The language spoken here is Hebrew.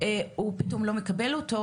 הוא פתאום לא מקבל אותו,